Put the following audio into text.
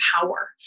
power